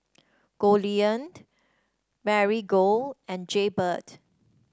Goldlion Marigold and Jaybird